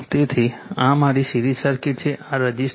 તેથી આ મારી સિરીઝ સર્કિટ છે આ રઝિસ્ટન્સ 0